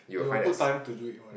you'll put time to do it one